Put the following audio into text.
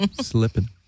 Slipping